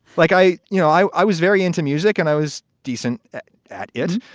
like, i you know, i i was very into music and i was decent at it.